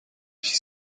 she